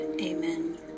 Amen